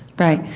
right.